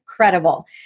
Incredible